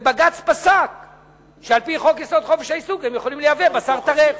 ובג"ץ פסק שעל-פי חוק-יסוד: חופש העיסוק הם יכולים לייבא בשר טרף.